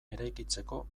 eraikitzeko